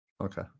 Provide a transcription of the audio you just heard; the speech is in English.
Okay